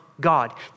God